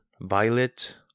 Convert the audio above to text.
violet